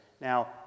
Now